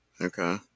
okay